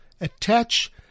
attach